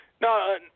No